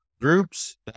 groups